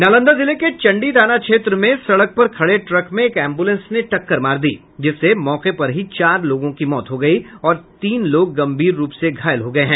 नालंदा जिले के चंडी थाना क्षेत्र में सड़क पर खड़े ट्रक में एक एम्ब्रलेंस ने टक्कर मार दी जिससे मौके पर ही चार लोगों की मौत हो गई और तीन लोग गम्भीर रूप से घायल हो गये हैं